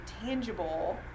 tangible